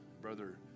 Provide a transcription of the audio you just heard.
brother